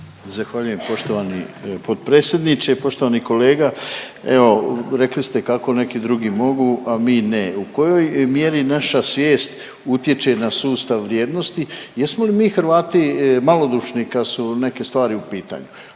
Zahvaljujem poštovani potpredsjedniče, poštovani kolega. Evo, rekli ste kako drugi mogu, a mi ne. U kojoj mjeri naša svijest utječe na sustav vrijednosti? Jesmo li mi Hrvati malodušni kad su neke stvari u pitanju?